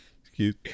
Excuse